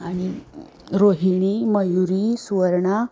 आणि रोहिणी मयुरी सुवर्णा